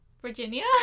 Virginia